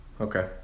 Okay